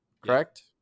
Correct